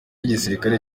igisirikare